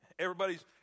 Everybody's